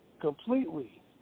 completely